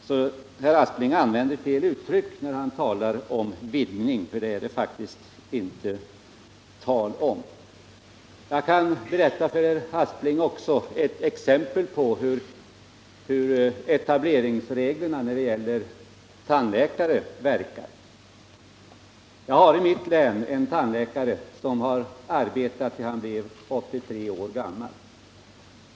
Herr Aspling använder fel uttryck när han talar om vidgning — det är det faktiskt inte tal om. Jag kan också ge herr Aspling ett exempel på hur etableringsreglerna när det gäller tandläkare verkar. Jag har i mitt län en tandläkare som har arbetat tills han blev 83 år gammal.